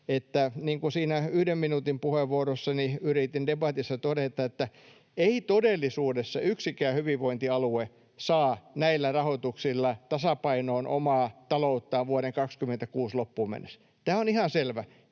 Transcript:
siinä yhden minuutin puheenvuorossani yritin debatissa todeta, että ei todellisuudessa yksikään hyvinvointialue saa näillä rahoituksilla tasapainoon omaa talouttaan vuoden 26 loppuun mennessä. Tämä on ihan selvä,